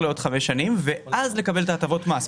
לעוד חמש שנים ואז לקבל את הטבות המס.